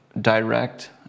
direct